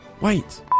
Wait